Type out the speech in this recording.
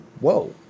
whoa